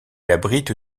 abrite